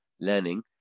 learning